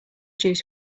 juice